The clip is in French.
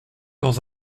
dans